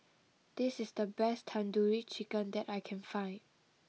this is the best Tandoori Chicken that I can find